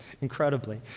incredibly